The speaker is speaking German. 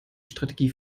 strategie